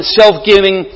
self-giving